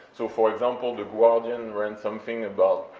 so for example, the guardian ran something about,